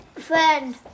Friend